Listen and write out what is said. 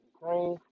Ukraine